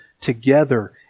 together